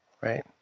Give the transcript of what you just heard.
right